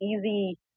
easy